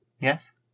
yes